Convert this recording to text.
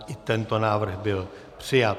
I tento návrh byl přijat.